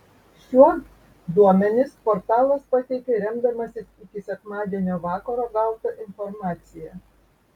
šiuo duomenis portalas pateikė remdamasis iki sekmadienio vakaro gauta informacija